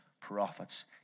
prophets